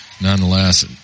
nonetheless